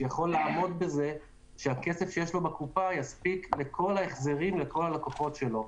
שיכול לעמוד בכך שהכסף שיש לו בקופה יספיק לכל ההחזרים לכל הלקוחות שלו.